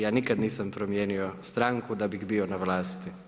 Ja nikada nisam promijenio stranku da bih bio na vlasti.